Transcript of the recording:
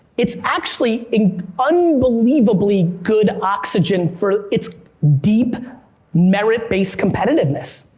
it's actually unbelievably good oxygen for, it's deep merit-based competitiveness.